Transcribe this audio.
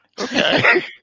okay